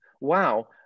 wow